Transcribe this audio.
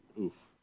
Oof